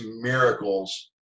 miracles